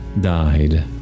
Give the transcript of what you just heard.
died